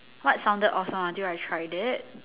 what sounded awesome until I tried it